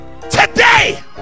today